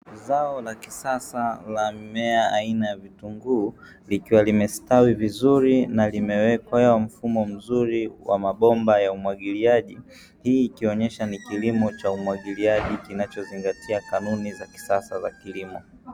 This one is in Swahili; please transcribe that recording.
Zao la kisasa la mimea aina ya vitunguu likiwa limestawi vizuri na limewekewa mfumo mzuri kwa mabomba ya umwagiliaji, hii ikionyesha ni kilimo cha umwagiliaji kinachozingatia kanuni za kisasa za kilimo.